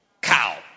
Cow